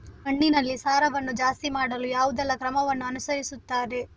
ಮಣ್ಣಿನಲ್ಲಿ ಸಾರವನ್ನು ಜಾಸ್ತಿ ಮಾಡಲು ಯಾವುದೆಲ್ಲ ಕ್ರಮವನ್ನು ಅನುಸರಿಸುತ್ತಾರೆ